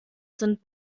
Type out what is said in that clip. sind